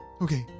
Okay